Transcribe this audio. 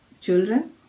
children